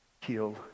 kill